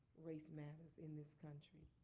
race matters in this country.